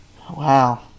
Wow